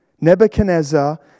Nebuchadnezzar